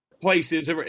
places